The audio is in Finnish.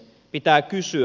pitää kysyä